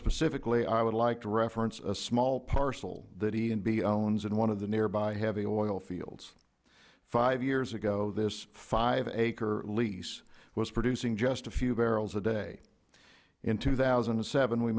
specifically i would like to reference a small parcel that e and b owns in one of the nearby heavy oil fields five years ago this acre lease was producing just a few barrels a day in two thousand and seven we